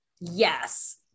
Yes